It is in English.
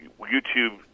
YouTube